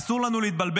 אסור לנו להתבלבל.